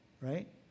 right